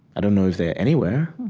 i don't know if they're anywhere.